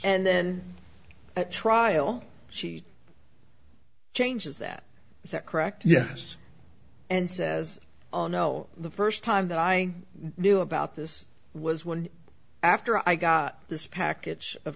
and then at trial she changes that is that correct yes and says oh no the first time that i knew about this was one after i got this package of